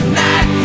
night